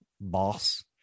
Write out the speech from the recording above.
boss